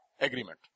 Agreement